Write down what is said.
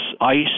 ice